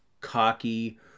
cocky